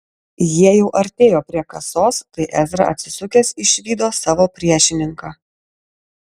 jie jau artėjo prie kasos kai ezra atsisukęs išvydo savo priešininką